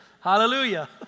Hallelujah